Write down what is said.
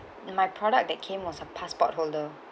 my product that came was a passport holder